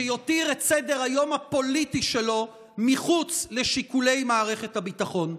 שיותיר את סדר-היום הפוליטי שלו מחוץ לשיקולי מערכת הביטחון.